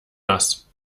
nass